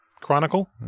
chronicle